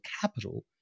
capital